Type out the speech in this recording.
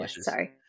sorry